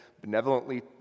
benevolently